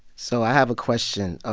so i have a question. ah